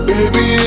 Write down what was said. Baby